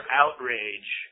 outrage